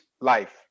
life